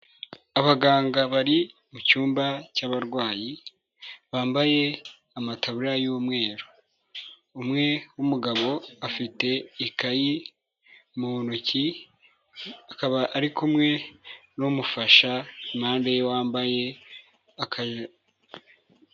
Abaganga bari mucmba cy'abarwayi, bambaye amatabula y'umweru, umwe w'umugabo afite ikayi mu ntoki, akaba ari kumwe n'umufasha impande wambaye akajire.